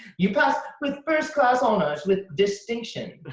you passed with first class honors with distinction.